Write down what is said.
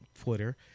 Twitter